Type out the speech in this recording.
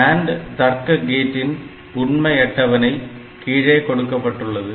NAND தர்க்க கேட்டின் உண்மை அட்டவணை கீழே கொடுக்கப்பட்டுள்ளது